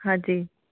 ਹਾਂਜੀ